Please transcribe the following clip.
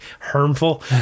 harmful